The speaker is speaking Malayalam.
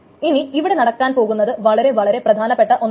ഇനി ഇവിടെ നടക്കാൻ പോകുന്നത് വളരെ വളരെ പ്രധാനപ്പെട്ട ഒന്നാണ്